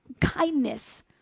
kindness